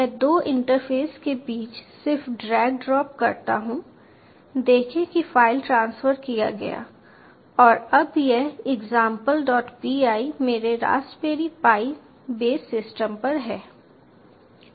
मैं दो इंटरफेस के बीच सिर्फ ड्रैग ड्रॉप करता हूं देखें कि फाइल ट्रांसफर किया गया और अब यह example1py मेरे रास्पबेरी पाई बेस सिस्टम पर है